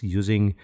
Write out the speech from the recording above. using